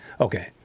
Okay